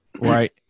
right